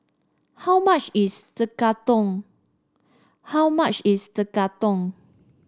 how much is Tekkadon how much is Tekkadon